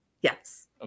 yes